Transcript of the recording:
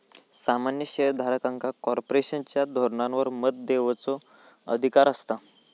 सामान्य शेयर धारकांका कॉर्पोरेशनच्या धोरणांवर मत देवचो अधिकार असता